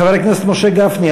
חבר הכנסת משה גפני,